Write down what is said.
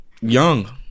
Young